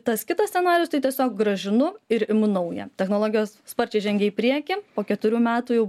tas kitas scenarijus tai tiesiog grąžinu ir imu naują technologijos sparčiai žengia į priekį po keturių metų jau